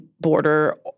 border